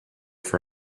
for